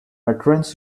veterans